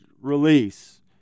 release